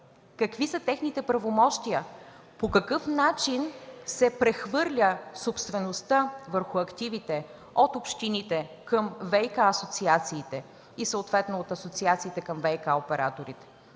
какви са техните правомощия? По какъв начин се прехвърля собствеността върху активите от общините към ВиК асоциациите и съответно от асоциациите към ВиК операторите?